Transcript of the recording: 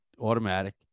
automatic